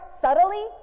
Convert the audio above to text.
subtly